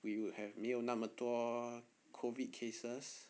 we would have 没有那么多 COVID cases